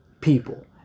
people